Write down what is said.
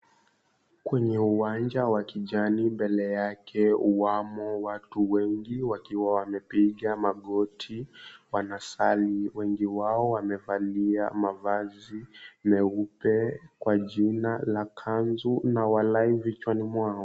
Kwenye uwanja wa kijani mbele yake ikiwemo watu wengi waliopiga magoti wakisali, wengi wao wamevalia mavazi meupe kwa jina la kanzu na walahi vichwani mwao.